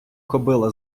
кобила